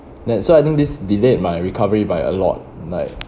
that's why I think this delayed my recovery by a lot like